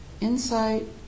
Insight